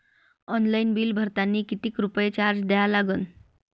Online bill भरतानी कितीक रुपये चार्ज द्या लागन?